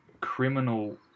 criminal